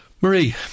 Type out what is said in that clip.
Marie